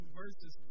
verses